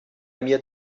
mir